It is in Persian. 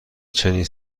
چنین